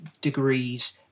degrees